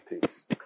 Peace